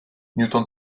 newton